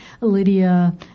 Lydia